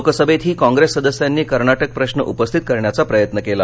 लोकसभेतही कॉप्रेस सदस्यांनी कर्नाटक प्रश्र उपस्थित करण्याचा प्रयत्न केला